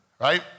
right